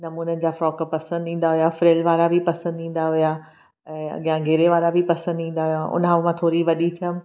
नमूने जा फ्रॉक पसंदि ईंदा हुया फ्रिल वारा बि पसंदि ईंदा हुया ऐं अॻियां घेरे वारा बि पसंदि ईंदा हुआ उन मां थोरी वॾी थियमि